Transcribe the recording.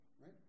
right